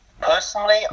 personally